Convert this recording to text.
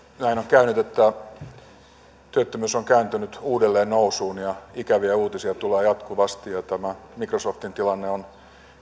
näin on käynyt että työttömyys on kääntynyt uudelleen nousuun ja ikäviä uutisia tulee jatkuvasti tämä microsoftin tilanne on